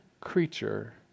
creature